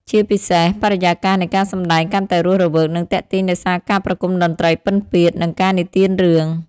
ជាពិសេស បរិយាកាសនៃការសម្តែងកាន់តែរស់រវើក និងទាក់ទាញដោយសារការប្រគំតន្ត្រីពិណពាទ្យ និងការនិទានរឿង។